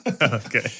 Okay